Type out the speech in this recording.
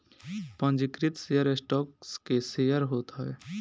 पंजीकृत share stock के share होत हवे